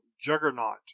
juggernaut